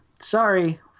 Sorry